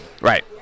Right